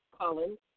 Collins